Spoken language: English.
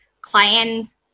client